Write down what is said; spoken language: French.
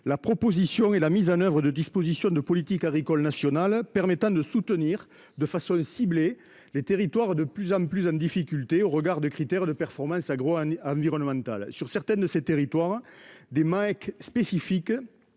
la proposition et la mise en oeuvre de dispositions de politiques agricoles nationales permettant de soutenir de façon ciblée les territoires de plus en plus en difficulté au regard de critères de performances agro-environnementales sur certaines de ces territoires des mecs spécifique.